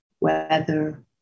weather